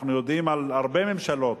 אנחנו יודעים על הרבה ממשלות